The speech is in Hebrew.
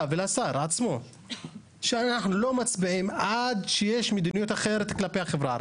ולשר עצמו שאתם לא מצביעים עד שיש מדיניות אחרת כלפי החברה הערבית.